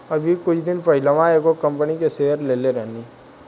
अभी कुछ दिन पहिलवा एगो कंपनी के शेयर लेले रहनी